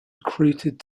recruited